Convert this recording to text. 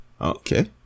Okay